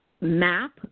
map